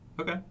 Okay